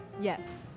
Yes